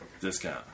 discount